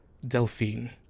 Delphine